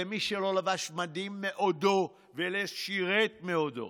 למי שלא לבש מדים מעודו ולא שירת מעודו.